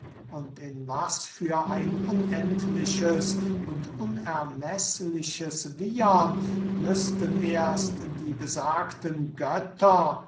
und in was für ein unendliches und unermeßliches wiehern müßten erst die besagten götter